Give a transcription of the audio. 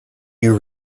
you